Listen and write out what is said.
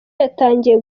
yatangiye